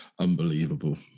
unbelievable